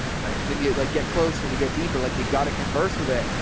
right. and then you like get closer and you go deeper. like you got to converse with it.